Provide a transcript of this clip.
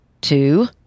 Two